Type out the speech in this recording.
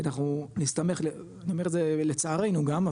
כי אנחנו נסתמך אני אומר את זה לצערנו גם,